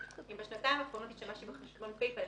אם בשנתיים האחרונות השתמשתי בחשבון פייפל,